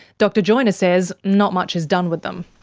dr joiner says not much is done with them.